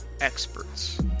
experts